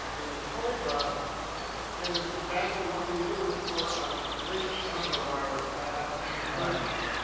and the cobra is exactly what we do for a great number of our sciatic people patients.